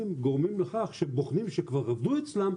גורמים לכך שבוחנים שכבר עבדו אצלם,